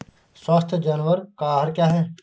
स्वस्थ जानवर का आहार क्या है?